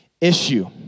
issue